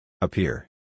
Appear